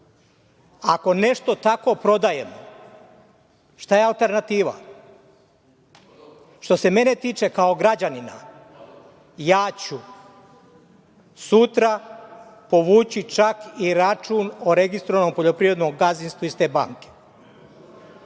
nešto takvo prodajemo, šta je alternativa? Što se mene tiče, kao građanina, ja ću sutra povući čak i račun o registrovanom poljoprivrednom gazdinstvu iz te banke.